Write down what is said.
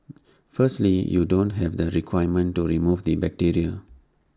firstly you don't have the equipment to remove the bacteria